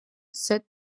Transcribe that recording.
set